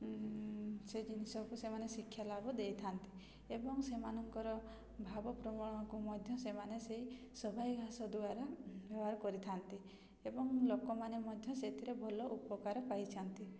ସେ ଜିନିଷକୁ ସେମାନେ ଶିକ୍ଷାଲାଭ ଦେଇଥାନ୍ତି ଏବଂ ସେମାନଙ୍କର ଭାବପ୍ରବଣକୁ ମଧ୍ୟ ସେମାନେ ସେଇ ସବାଇ ଘାସ ଦ୍ୱାରା ବ୍ୟବହାର କରିଥାନ୍ତି ଏବଂ ଲୋକମାନେ ମଧ୍ୟ ସେଥିରେ ଭଲ ଉପକାର ପାଇଛନ୍ତି